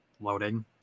loading